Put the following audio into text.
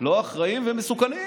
לא אחראים ומסוכנים.